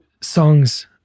songs